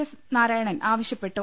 S Narayanan ആവശ്യപ്പെട്ടു